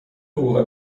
حقوق